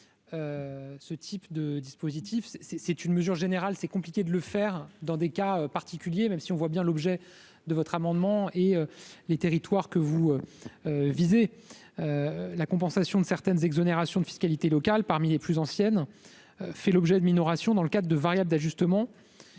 de sens que s'il s'agit d'une mesure générale. Il est compliqué de le faire dans des cas particuliers, même si l'on entend bien l'objet de vos amendements et les territoires que vous visez, monsieur le sénateur. La compensation de certaines exonérations de fiscalité locale, parmi les plus anciennes, fait l'objet de minorations dans le cadre de variables d'ajustement